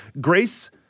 Grace